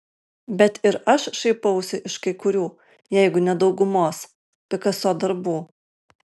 bet ir aš šaipausi iš kai kurių jeigu ne daugumos pikaso darbų